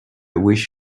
wish